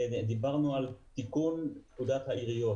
ודיברנו על תיקון פקודת העיריות.